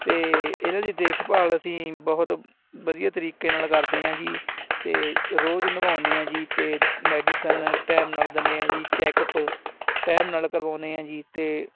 ਅਤੇ ਇਹਨਾਂ ਦੀ ਦੇਖਭਾਲ ਅਸੀਂ ਬਹੁਤ ਵਧੀਆ ਤਰੀਕੇ ਨਾਲ ਕਰਦੇ ਹਾਂ ਜੀ ਅਤੇ ਰੋਜ਼ ਨਵਾਉਂਦੇ ਹਾਂ ਜੀ ਅਤੇ ਮੈਡੀਸਨ ਟਾਈਮ ਨਾਲ ਦਿੰਦੇ ਹਾਂ ਜੀ ਚੈੱਕਅਪ ਟਾਈਮ ਨਾਲ ਕਰਵਾਉਂਦੇ ਹਾਂ ਜੀ ਅਤੇ